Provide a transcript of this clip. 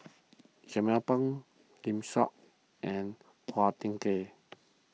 Jernnine Pang Lim and Phua Thin Kiay